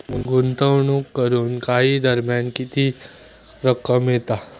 गुंतवणूक करून काही दरम्यान किती रक्कम मिळता?